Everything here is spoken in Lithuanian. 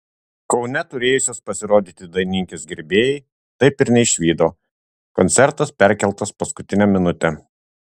kaune turėjusios pasirodyti dainininkės gerbėjai taip ir neišvydo koncertas perkeltas paskutinę minutę